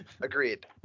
Agreed